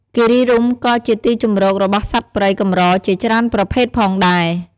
គិរីរម្យក៏ជាទីជម្រករបស់សត្វព្រៃកម្រជាច្រើនប្រភេទផងដែរ។